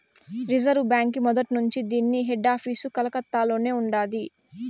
reserve బాంకీ మొదట్నుంచీ దీన్ని హెడాపీసు కలకత్తలోనే ఉండాది